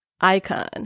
icon